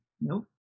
Nope